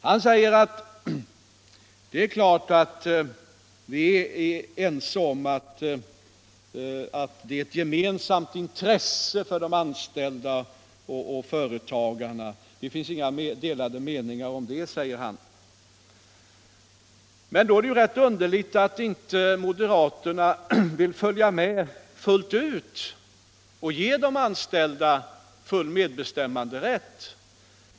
Han säger att det är klart att vi är ense om att det här gäller ett gemensamt intresse för de anställda och företagarna och att det inte råder några delade meningar om detta. Men det är då rätt underligt att moderaterna inte vill följa med hela vägen och ge de anställda full medbestämmanderätt.